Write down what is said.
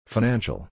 Financial